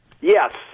yes